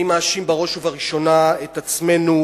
אני מאשים בראש ובראשונה את עצמנו,